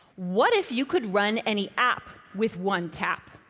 what if you could run any app with one tap?